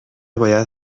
باید